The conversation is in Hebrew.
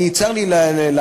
צר לי לאכזב,